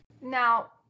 Now